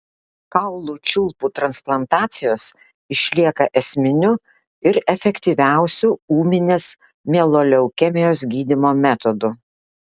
kaulų čiulpų transplantacijos išlieka esminiu ir efektyviausiu ūminės mieloleukemijos gydymo metodu